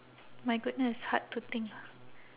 my goodness hard to think